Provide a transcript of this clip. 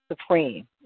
supreme